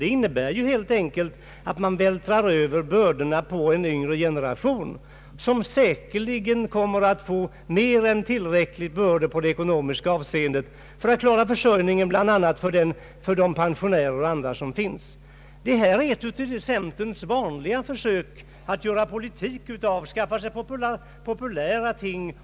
Det innebär helt enkelt att man vältrar över bördorna på den yngre generationen, som säkerligen kommer att få mer än tillräckliga bördor i ekonomiskt avseende, bl.a. för att klara försörjningen för alla pensionärer. Detta är bara ett av centerns vanliga försök att göra politik — att dra fram populära ting.